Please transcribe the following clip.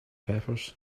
peppers